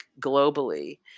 globally